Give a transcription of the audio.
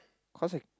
cause I